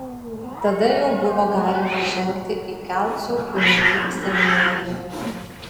tada jau buvo galima žengti į kelcų kunigų seminariją